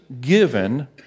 given